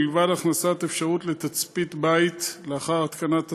מלבד הכנסת אפשרות לתצפית בית לאחר התקנת התקנות,